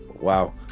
Wow